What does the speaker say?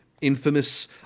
infamous